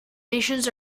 nations